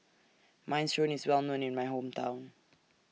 Minestrone IS Well known in My Hometown